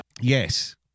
Yes